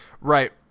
Right